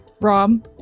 Rom